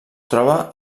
troba